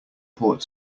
port